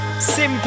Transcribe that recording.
Simple